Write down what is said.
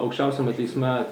aukščiausiame teisme